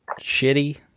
Shitty